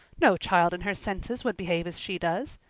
no child in her senses would behave as she does.